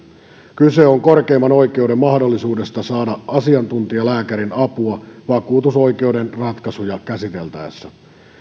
kyse on korkeimman oikeuden mahdollisuudesta saada asiantuntijalääkärin apua vakuutusoikeuden ratkaisuja käsiteltäessä